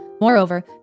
Moreover